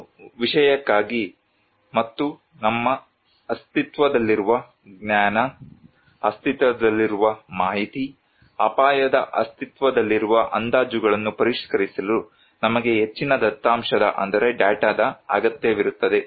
ಒಂದು ವಿಷಯಕ್ಕಾಗಿ ಮತ್ತು ನಮ್ಮ ಅಸ್ತಿತ್ವದಲ್ಲಿರುವ ಜ್ಞಾನ ಅಸ್ತಿತ್ವದಲ್ಲಿರುವ ಮಾಹಿತಿ ಅಪಾಯದ ಅಸ್ತಿತ್ವದಲ್ಲಿರುವ ಅಂದಾಜುಗಳನ್ನು ಪರಿಷ್ಕರಿಸಲು ನಮಗೆ ಹೆಚ್ಚಿನ ದತ್ತಾಂಶದ ಅಗತ್ಯವಿರುತ್ತದೆ